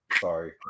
Sorry